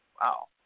wow